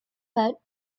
but